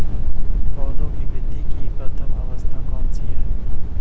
पौधों की वृद्धि की प्रथम अवस्था कौन सी है?